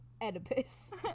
Oedipus